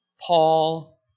Paul